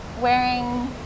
wearing